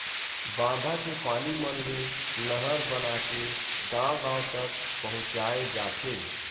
बांधा के पानी मन ले नहर बनाके गाँव गाँव तक पहुचाए जाथे